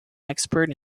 expert